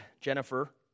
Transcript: Jennifer